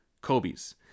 Kobe's